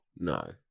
No